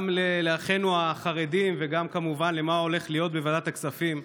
גם לאחינו החרדים וגם כמובן למה שהולך להיות בוועדת הכספים.